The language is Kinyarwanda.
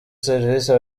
serivisi